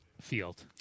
field